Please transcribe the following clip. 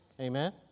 Amen